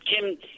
Kim